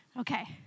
Okay